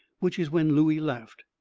which is when looey laughed.